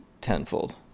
tenfold